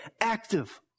active